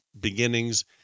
beginnings